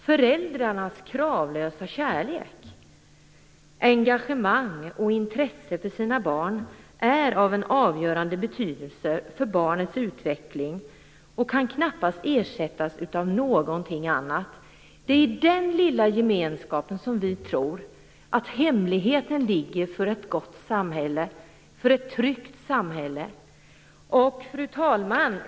Föräldrarnas kravlösa kärlek, engagemang och intresse för sina barn är av en avgörande betydelse för barnets utveckling och kan knappast ersättas av någonting annat. Vi tror att det är i den lilla gemenskapen som hemligheten hur man får ett gott och tryggt samhälle ligger.